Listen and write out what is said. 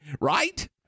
right